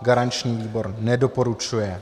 Garanční výbor nedoporučuje.